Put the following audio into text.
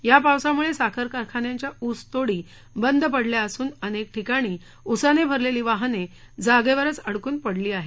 या पावसामुळे साखर कारखान्यांच्या उसतोडी बंद पडल्या असन अनेक ठिकाणी उसाने भरलेली वाहने जागेवरच अडकून पडली आहेत